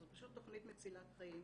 זו פשוט מצילת חיים.